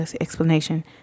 explanation